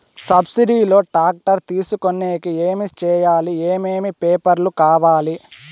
Subsidy లో tractor తీసుకొనేకి ఏమి చేయాలి? ఏమేమి పేపర్లు కావాలి?